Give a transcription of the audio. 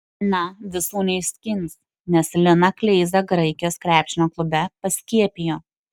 na visų neišskins nes liną kleizą graikijos krepšinio klube paskiepijo